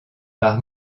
par